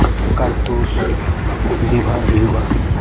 ᱠᱟᱭᱫᱩᱥ ᱵᱮᱵᱷᱟᱨ ᱦᱩᱭᱩᱜᱼᱟ